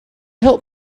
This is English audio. help